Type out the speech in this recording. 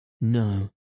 No